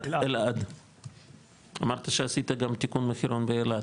אמרת שעשית גם תיקון מחירון באלעד,